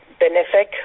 benefic